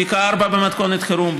בריכה 4 במתכונת חירום,